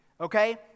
Okay